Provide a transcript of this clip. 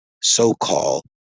so-called